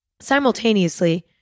Simultaneously